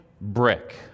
brick